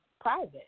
private